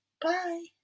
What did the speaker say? Bye